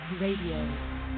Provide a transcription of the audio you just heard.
Radio